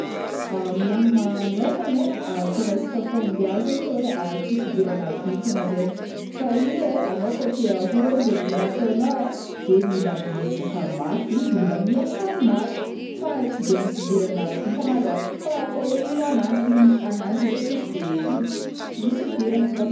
Aminahy manokagna ai, ah kao resaka fahombiazagna io ai, tsisy idirana vitangna zaign, fa io ai anao kao te ahômby am raha ataonao ai de mila miezaka mafy, mila miasa mafy fa tsy de misy idiran'ny vitangna loatra fa kao ôlo mino ananjy ndraiky izy de misy idirany angamba.